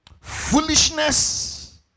Foolishness